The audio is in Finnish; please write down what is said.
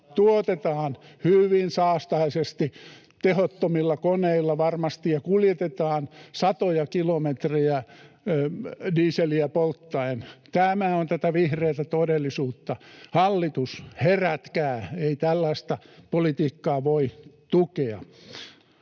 tuotetaan hyvin saastaisesti, tehottomilla koneilla varmasti ja kuljetetaan satoja kilometrejä dieseliä polttaen. Tämä on tätä vihreätä todellisuutta. Hallitus herätkää, ei tällaista politiikkaa voi tukea.